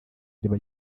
iriba